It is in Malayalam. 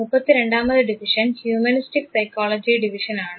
മുപ്പത്തിരണ്ടാമത് ഡിവിഷൻ ഹ്യൂമനിസ്റ്റിക് സൈക്കോളജി ഡിവിഷനാണ്